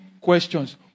questions